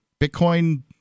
Bitcoin